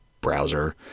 browser